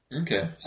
Okay